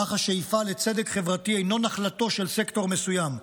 כך השאיפה לצדק חברתי אינה נחלתו של סקטור מסוים.